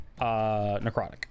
necrotic